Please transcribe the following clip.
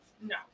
no